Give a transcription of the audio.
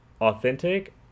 authentic